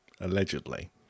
allegedly